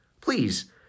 please